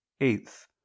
Eighth